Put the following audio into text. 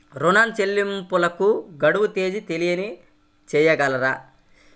ఋణ చెల్లింపుకు గడువు తేదీ తెలియచేయగలరా?